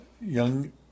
young